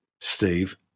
Steve